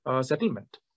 settlement